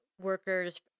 workers